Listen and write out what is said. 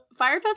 Firefest